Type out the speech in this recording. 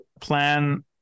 plan